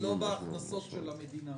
ולא בהכנסות של המדינה.